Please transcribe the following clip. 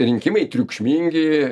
rinkimai triukšmingi